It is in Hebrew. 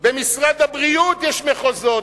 במשרד הבריאות יש מחוזות.